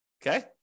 Okay